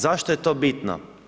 Zašto je to bitno?